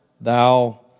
thou